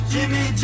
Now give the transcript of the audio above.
Jimmy